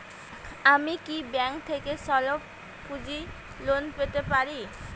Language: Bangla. আমি কি ব্যাংক থেকে স্বল্প পুঁজির লোন পেতে পারি?